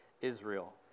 Israel